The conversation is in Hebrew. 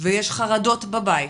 ויש חרדות בבית